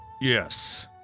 Yes